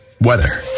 Weather